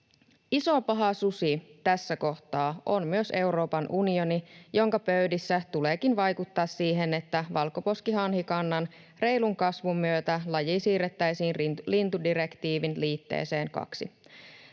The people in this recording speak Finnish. Iso paha susi tässä kohtaa on myös Euroopan unioni, jonka pöydissä tuleekin vaikuttaa siihen, että valkoposkihanhikannan reilun kasvun myötä laji siirrettäisiin lintudirektiivin liitteeseen II.